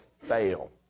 fail